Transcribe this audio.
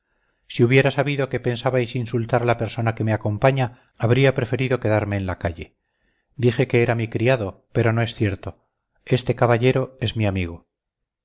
si hubiera sabido que pensabais insultar a la persona que me acompaña habría preferido quedarme en la calle dije que era mi criado pero no es cierto este caballero es mi amigo